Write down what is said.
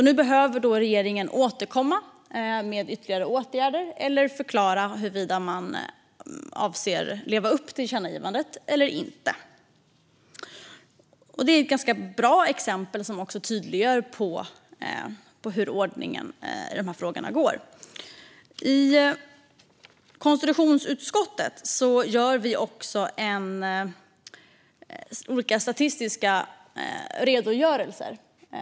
Nu behöver alltså regeringen återkomma med ytterligare åtgärder eller förklara huruvida man avser att leva upp till tillkännagivandet eller inte. Detta är ett ganska bra exempel som också tydliggör hur ordningen i de här frågorna ser ut. I konstitutionsutskottet gör vi också olika statistiska redogörelser.